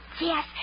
Yes